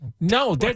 No